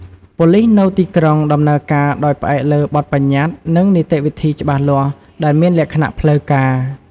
ប៉ូលិសនៅទីក្រុងដំណើរការដោយផ្អែកលើ បទប្បញ្ញត្តិ និងនីតិវិធីច្បាស់លាស់ ដែលមានលក្ខណៈផ្លូវការ។